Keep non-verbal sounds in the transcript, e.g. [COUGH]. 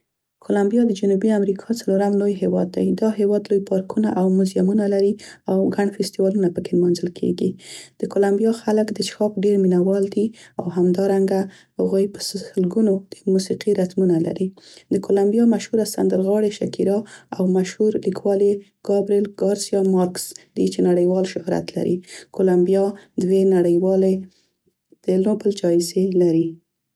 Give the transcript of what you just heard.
کلمبیا د جنوبي امریکا څلورم لوی هیواد دی. دا هیواد لوی پارکونه او موزیمونه لري او ګڼ فیستیوالونه په کې لمانځل کیګي. د کلمبیا خلک د چښاک ډیر مینه وال دی او همدارنګه هغوی سلګونه د موسیقي ریتمونه لري. د کولمبیا مشهوره سندرغاړې شکیرا او مشهور لیکوال یې ګابریل ګارسیا مارکز دي چې نړیوال شهرت لري. [HESITATION] کلمبیا دوې نړیوالې د نوبل جایزې لري.